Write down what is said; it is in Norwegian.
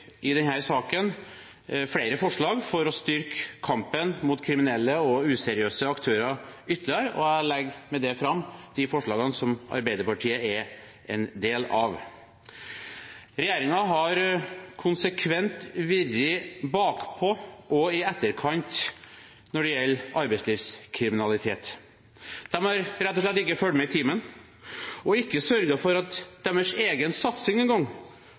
i denne saken flere forslag for å styrke kampen mot kriminelle og useriøse aktører ytterligere. Jeg legger med dette fram de forslagene som Arbeiderpartiet er en del av. Regjeringen har konsekvent vært bakpå og i etterkant når det gjelder arbeidslivskriminalitet. De har rett og slett ikke fulgt med i timen, og har ikke engang sørget for at deres egen satsing